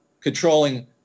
controlling